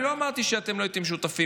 אני לא אמרתי שאתם לא הייתם שותפים.